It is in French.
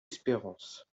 espérance